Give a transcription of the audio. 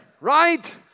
right